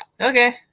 okay